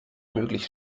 möglich